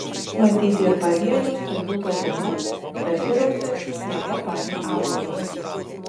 matyti ir pavienių stambių patinų besirausiančių sniege palei ąžuolus